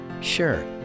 Sure